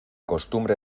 costumbre